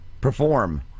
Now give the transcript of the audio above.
perform